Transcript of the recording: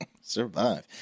Survive